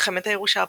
מלחמת הירושה הפולנית,